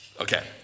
okay